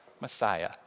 messiah